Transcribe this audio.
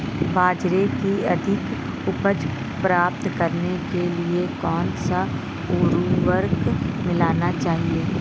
बाजरे की अधिक उपज प्राप्त करने के लिए कौनसा उर्वरक मिलाना चाहिए?